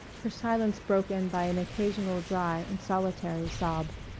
her silence broken by an occasional dry and solitary sob.